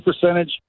percentage